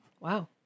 Wow